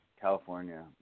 California